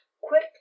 quick